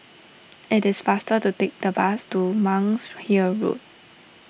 it is faster to take the bus to Monk's Hill Road